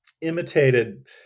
imitated